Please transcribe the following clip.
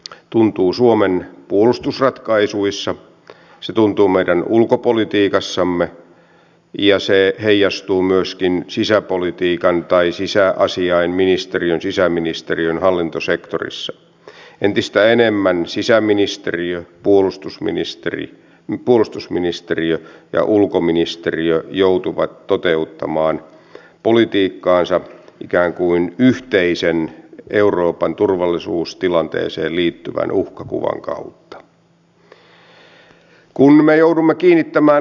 aikaisemmin päivällä edustaja andersson samoin kuin monet asiantuntijat aikaisemmin arvostelivat ajatusta että kotouttamisen edistämiseksi maahanmuuttajille jotkin tietyt sosiaaliturvaosat asetettaisiin vastikkeellisiksi eli että heidän nämä saadakseen pitäisi osallistua esimerkiksi suomen tai ruotsin kielen koulutukseen tai muuhun kotouttamiskoulutukseen